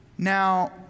Now